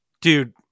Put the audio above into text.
dude